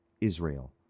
Israel